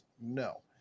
no